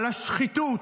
על השחיתות,